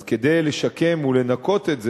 כדי לשקם ולנקות את זה,